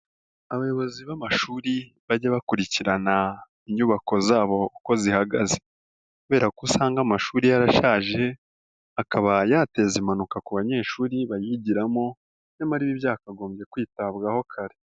Abayobozi b'amashuri bajye bakurikirana inyubako zabo uko zihagaze kubera ko usanga amashuri yarashaje, akaba yateza impanuka ku banyeshuri bayigiramo nyamara ibi byakagombye kwitabwaho kare.